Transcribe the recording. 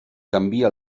canvia